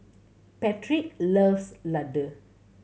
Patric loves Ladoo